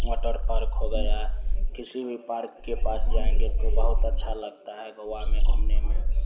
water park हो गया किसी भी पार्क के पास जाएँगे तो बहुत अच्छा लगता है गोवा में घूमने में